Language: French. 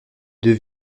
deux